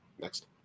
Next